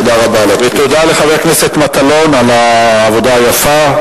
תודה רבה, ותודה לחבר הכנסת מטלון על העבודה היפה.